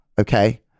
okay